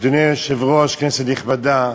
אדוני היושב-ראש, כנסת נכבדה,